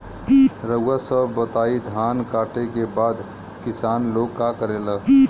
रउआ सभ बताई धान कांटेके बाद किसान लोग का करेला?